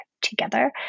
together